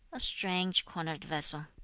a strange cornered vessel